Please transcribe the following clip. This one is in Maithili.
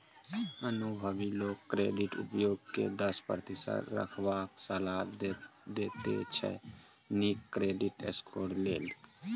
अनुभबी लोक क्रेडिट उपयोग केँ दस प्रतिशत रखबाक सलाह देते छै नीक क्रेडिट स्कोर लेल